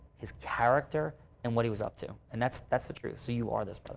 his character and what he was up to. and that's that's the truth. so, you are this,